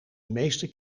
meeste